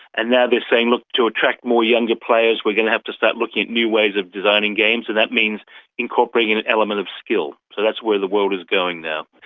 and now they are saying, look, to attract more younger players we're going to have to start looking at new ways of designing games, so that means incorporating an element of skill. so that's where the world is going now.